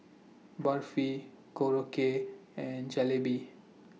Barfi Korokke and Jalebi